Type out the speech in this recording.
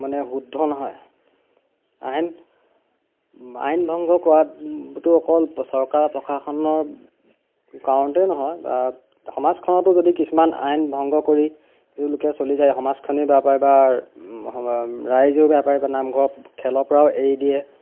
মানে শুদ্ধ নহয় আইন আইন ভংগ কৰাটো অকল চৰকাৰ প্ৰশাসনৰ কাৰণতে নহয় বা সমাজখনতো যদি কিছুমান আইন ভংগ কৰি যিলোকে চলি যায় সমাজখনে বেয়া পায় বা ৰাইজেও বেয়া পায় নামঘৰত খেলৰ পৰাও এৰি দিয়ে